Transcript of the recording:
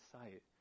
sight